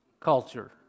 culture